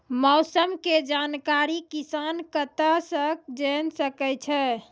मौसम के जानकारी किसान कता सं जेन सके छै?